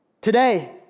Today